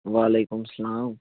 وعلیکُم السلام